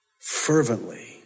fervently